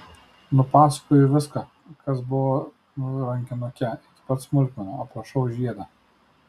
nupasakoju viską kas buvo rankinuke iki pat smulkmenų aprašau žiedą